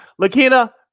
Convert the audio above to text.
Lakina